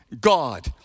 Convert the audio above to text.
God